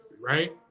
right